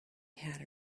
had